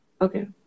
Okay